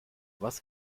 was